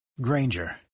Granger